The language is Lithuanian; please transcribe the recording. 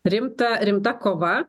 rimta rimta kova